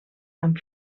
amb